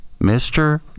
Mr